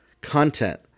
content